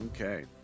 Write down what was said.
Okay